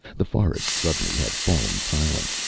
the forest suddenly had fallen silent.